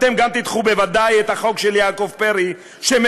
אתם גם תדחו בוודאי את החוק של יעקב פרי שמבקש